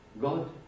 God